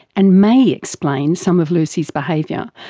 and may explain some of lucy's behaviour,